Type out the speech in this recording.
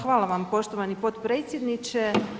Hvala vam poštovani potpredsjedniče.